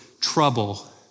trouble